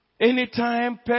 Anytime